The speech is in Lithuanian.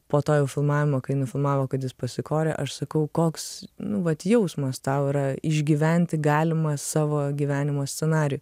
po to jo filmavimo kai nufilmavo kad jis pasikorė aš sakau koks nu vat jausmas tau yra išgyventi galimą savo gyvenimo scenarijų